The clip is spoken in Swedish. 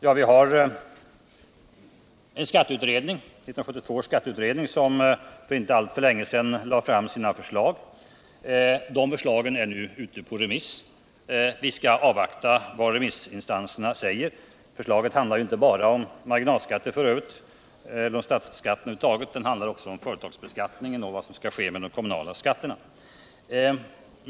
Ja, 1972 års skatteutredning lade för inte alltför länge sedan fram sina förslag, och de förslagen är nu ute på remiss. Vi skall först avvakta vad remissinstanserna säger. Förslagen handlar f. ö. inte bara om marginalskatter, eller om statsskatten över huvud taget, utan de handlar också om företagsbeskattningen och om vad som skall ske med de kommunala skatterna.